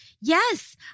yes